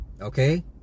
Okay